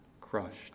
crushed